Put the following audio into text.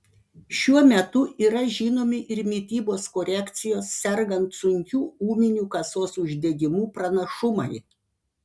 šiuo metu yra žinomi ir mitybos korekcijos sergant sunkiu ūminiu kasos uždegimu pranašumai